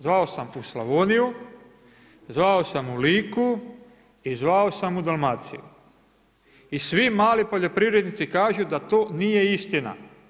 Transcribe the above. Zvao sam u Slavoniju, zvao sam u Liku i zvao sam u Dalmaciju i svi mali poljoprivrednici kažu da to nije istina.